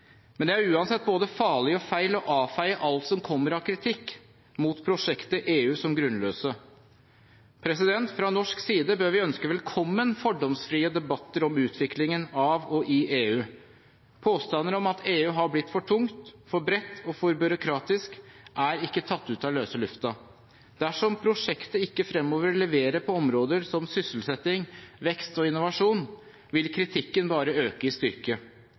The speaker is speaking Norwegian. Men det er uansett både farlig og feil å avfeie alt som kommer av kritikk mot prosjektet EU, som grunnløst. Fra norsk side bør vi ønske velkommen fordomsfrie debatter om utviklingen av og i EU. Påstander om at EU har blitt for tung, for bred og for byråkratisk, er ikke tatt ut av løse lufta. Dersom «prosjektet» ikke fremover leverer på områder som sysselsetting, vekst og innovasjon, vil kritikken bare øke i